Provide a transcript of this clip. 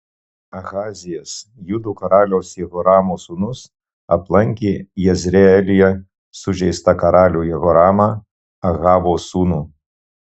ahazijas judo karaliaus jehoramo sūnus aplankė jezreelyje sužeistą karalių jehoramą ahabo sūnų